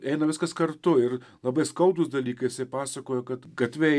eina viskas kartu ir labai skaudūs dalykai jisai pasakojo kad gatve